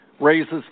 raises